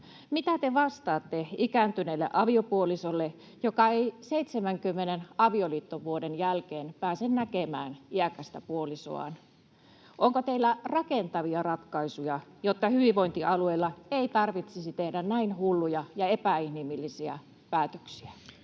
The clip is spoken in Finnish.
mitä te vastaatte ikääntyneelle aviopuolisolle, joka ei 70 avioliittovuoden jälkeen pääse näkemään iäkästä puolisoaan? [Sari Sarkomaa: Ei kannata äänestää keskustaa!] Onko teillä rakentavia ratkaisuja, jotta hyvinvointialueilla ei tarvitsisi tehdä näin hulluja ja epäinhimillisiä päätöksiä?